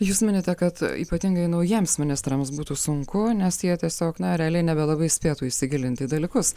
jūs minite kad ypatingai naujiems ministrams būtų sunku nes jie tiesiog na realiai nebelabai spėtų įsigilinti į dalykus